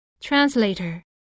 Translator